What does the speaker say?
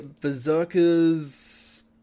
berserkers